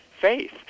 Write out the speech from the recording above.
faith